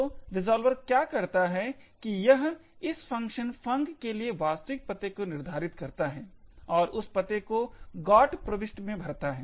तो रिज़ॉल्वर क्या करता है कि यह इस फ़ंक्शन func के लिए वास्तविक पते को निर्धारित करता है और उस पते को GOT प्रविष्टि में भरता है